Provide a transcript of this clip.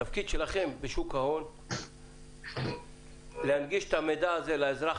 התפקיד שלכם בשוק ההון להנגיש את המידע הזה לאזרח